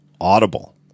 audible